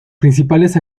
principales